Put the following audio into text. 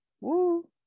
woo